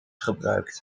gebruikt